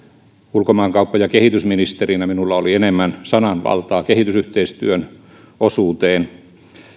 ulkomaankauppa ja kehitysministerinä minulla oli enemmän sananvaltaa kehitysyhteistyön osuuteen